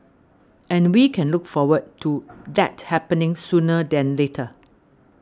and we can look forward to that happening sooner than later